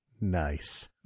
Nice